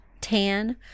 Tan